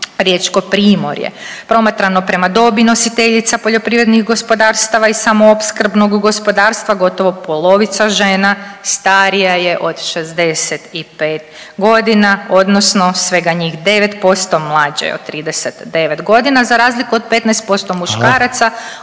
riječko primorje. Promatrano prema dobi nositeljica poljoprivrednih gospodarstava i samoopskrbnog gospodarstva gotovo polovica žena starija je od 65 godina odnosno svega njih 9% mlađe je od 39 godina, za razliku od 15% muškaraca …/Upadica: